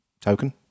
token